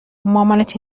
مامانت